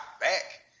back